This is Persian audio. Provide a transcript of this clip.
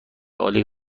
عالی